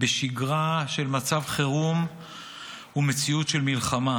בשגרה של מצב חירום ומציאות של מלחמה,